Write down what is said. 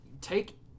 take